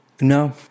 No